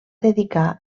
dedicar